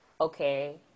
okay